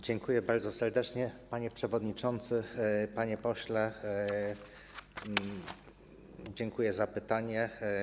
Dziękuję bardzo serdecznie, panie przewodniczący, panie pośle, za pytanie.